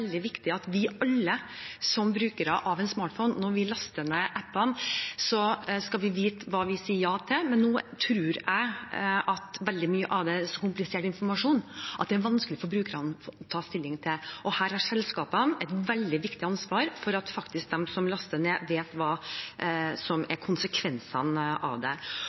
når vi laster ned appene. Men nå tror jeg at veldig mye av det er så komplisert informasjon at det er vanskelig for brukerne å ta stilling til det, og her har selskapene et veldig viktig ansvar for at de som laster ned, faktisk vet hva som er konsekvensene av det.